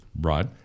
Right